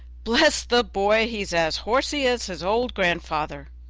bless the boy! he is as horsey as his old grandfather.